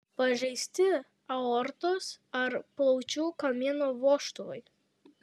pažeisti aortos ar plaučių kamieno vožtuvai